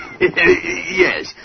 Yes